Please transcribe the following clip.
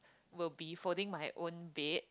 will be folding my own bed